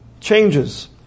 changes